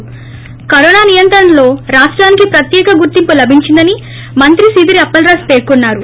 ి కరోనా నియంత్రణలో రాష్టానికి ప్రత్యేక గుర్తింపు లభించిందని మంత్రి సీదిరి అప్సలరాజు పేర్కొన్నారు